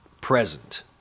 present